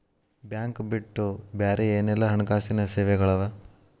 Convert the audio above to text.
Bank ಬಿಟ್ಟು ಬ್ಯಾರೆ ಏನೆಲ್ಲಾ ಹಣ್ಕಾಸಿನ್ ಸೆವೆಗಳವ?